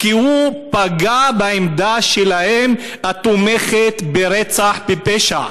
כי הוא פגע בעמדה שלהם, התומכת ברצח, בפשע.